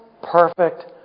Perfect